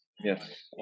Yes